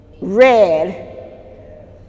Red